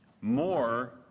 more